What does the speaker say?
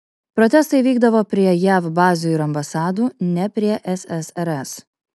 protestai vykdavo prie jav bazių ir ambasadų ne prie ssrs